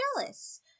jealous